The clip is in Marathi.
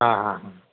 हां हां हां